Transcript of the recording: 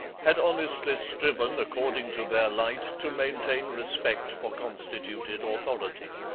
had honestly striven according to their light to maintain respect for constituted authority.